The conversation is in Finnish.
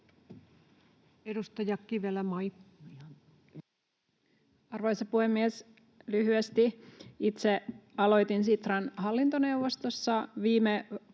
Content: Arvoisa puhemies! Lyhyesti: Itse aloitin Sitran hallintoneuvostossa viime vuoden